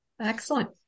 Excellent